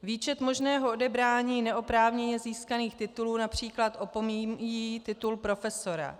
Výčet možného odebrání neoprávněně získaných titulů například opomíjí titul profesora.